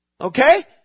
Okay